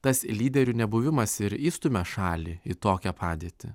tas lyderių nebuvimas ir įstumia šalį į tokią padėtį